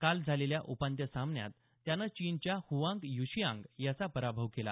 काल झालेल्या उपांत्य सामन्यात त्यानं चीनच्या ह्आंग युशिआंग याचा पराभव केला